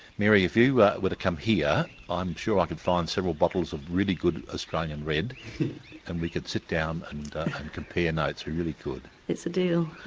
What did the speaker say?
mary if you ah were to come here i'm sure i could find several bottles of really good australian red and we could sit down and compare notes, we really could. it's a deal.